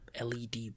led